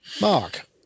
Mark